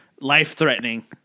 life-threatening